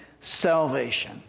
salvation